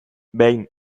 behin